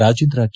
Rajendra K